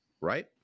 right